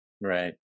Right